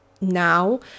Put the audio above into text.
now